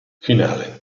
finale